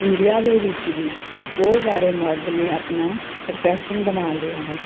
India ਦੇ ਵਿੱਚ ਵੀ ਬਹੁਤ ਸਾਰੇ ਮਰਦ ਨੇ ਆਪਣਾ ਪ੍ਰੋਫੈਸ਼ਨ ਬਣਾ ਲਿਆ ਹੈ